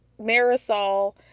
Marisol